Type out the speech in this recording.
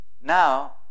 now